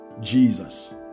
Jesus